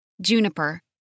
Juniper